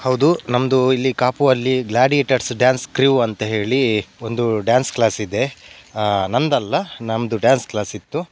ಹೌದು ನಮ್ಮದು ಇಲ್ಲಿ ಕಾಪುವಲ್ಲಿ ಗ್ಲಾಡಿಯೇಟರ್ಸ್ ಡ್ಯಾನ್ಸ್ ಕ್ರ್ಯೂ ಅಂತ ಹೇಳಿ ಒಂದು ಡಾನ್ಸ್ ಕ್ಲಾಸ್ ಇದೆ ನನ್ನದಲ್ಲ ನಮ್ಮದು ಡ್ಯಾನ್ಸ್ ಕ್ಲಾಸ್ ಇತ್ತು